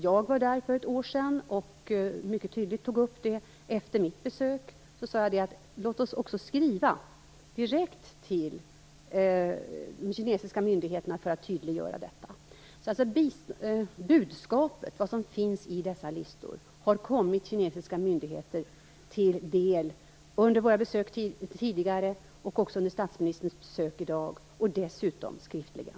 Jag var där för ett år sedan och tog mycket tydligt upp det. Efter mitt besök sade jag att vi också skulle skriva direkt till de kinesiska myndigheterna för att tydliggöra detta. Det budskap som finns i dessa listor har alltså kommit kinesiska myndigheter till del under våra besök tidigare, under statsministerns besök nu och dessutom skriftligen.